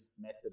method